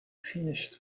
finished